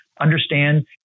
understand